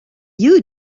you